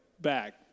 back